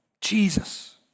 Jesus